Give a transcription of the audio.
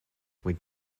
with